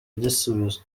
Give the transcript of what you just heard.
gisubizo